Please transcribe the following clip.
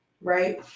right